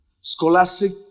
scholastic